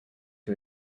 who